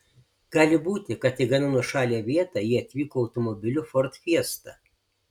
gali būti kad į gana nuošalią vietą jie atvyko automobiliu ford fiesta